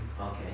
okay